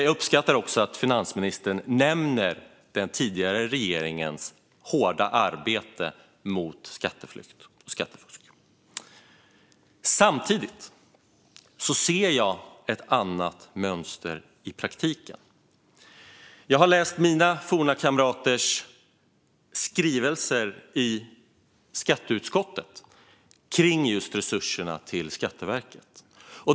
Jag uppskattar också att finansministern nämner den tidigare regeringens hårda arbete mot skatteflykt och skattefusk. Samtidigt ser jag ett annat mönster i praktiken. Jag har läst mina forna kamraters skrivelser i skatteutskottet kring resurserna till Skatteverket.